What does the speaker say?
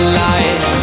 light